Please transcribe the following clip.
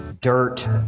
dirt